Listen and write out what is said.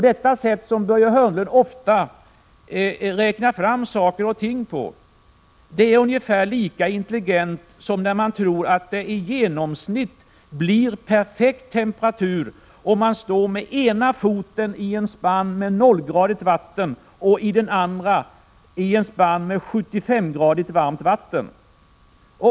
Det sätt som Börje Hörnlund ofta använder vid sina uträkningar är ungefär lika intelligent som om han tror att det i genomsnitt blir perfekt temperatur om man står med den ena foten i en spann med nollgradigt vatten och den andra i en spann med 75-gradigt vatten.